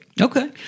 Okay